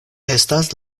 estas